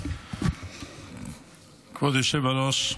כבוד היושב-ראש,